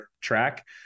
track